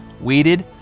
weeded